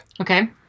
Okay